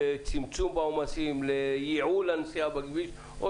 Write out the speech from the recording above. לצמצום בעומסים לייעול הנסיעה בכביש או